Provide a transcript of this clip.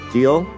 Deal